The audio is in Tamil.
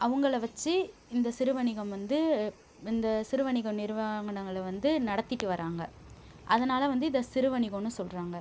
அவங்கள வெச்சு இந்த சிறு வணிகம் வந்து இந்த சிறு வணிகோம் நிறுவனங்களை வந்து நடத்திகிட்டு வராங்க அதனால் வந்து இதை சிறு வணிகோம்னு சொல்கிறாங்க